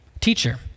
Teacher